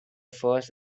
first